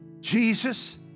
Jesus